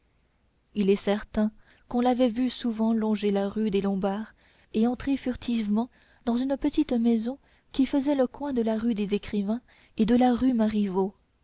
il est certain qu'on l'avait vu souvent longer la rue des lombards et entrer furtivement dans une petite maison qui faisait le coin de la rue des écrivains et de la rue marivault